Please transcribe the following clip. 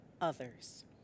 others